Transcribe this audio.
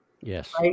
Yes